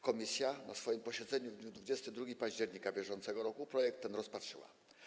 Komisja na swoim posiedzeniu w dniu 22 października br. projekt ten rozpatrzyła.